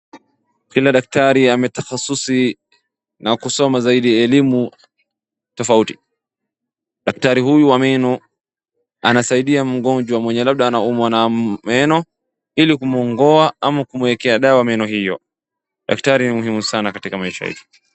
Vile daktari ametahasusi na kusoma zaidi elimu tofauti. Daktari huyu wa meno anasaidia mgonjwa mwenye labda anaumwa na meno ili kumng'oa ama kumwekea dawa meno hiyo. Daktari ni muhimu sana katika maisha yetu.